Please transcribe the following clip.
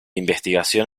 investigación